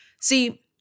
See